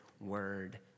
word